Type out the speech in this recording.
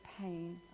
pain